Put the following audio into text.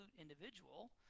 individual